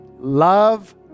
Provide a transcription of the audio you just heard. love